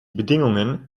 bedingungen